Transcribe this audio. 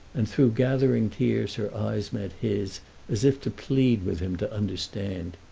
and through gathering tears her eyes met his as if to plead with him to understand.